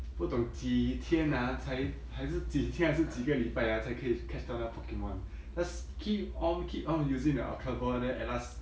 不懂几天 ah 才还是几天还是几个礼拜 ah 才可以 catch 到那 pokemon just keep on keep on using the ultra ball then at last